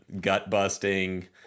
gut-busting